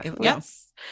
yes